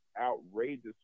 outrageous